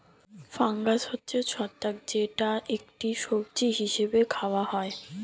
fungus হচ্ছে ছত্রাক যেটা একটি সবজি হিসেবে খাওয়া হয়